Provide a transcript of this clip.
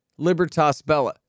LibertasBella